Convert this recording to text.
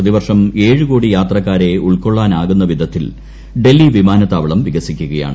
പ്രതിവർഷം ഏഴു കോടി യാത്രക്കാരെ ഉൾക്കൊള്ളാനാകുന്ന വിധത്തിൽ ഡൽഹി വിമാനത്താവളം വികസിക്കുകയാണ്